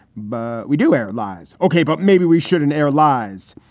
but we do air lies. ok, but maybe we shouldn't air lies.